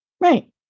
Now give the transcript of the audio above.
Right